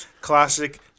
classic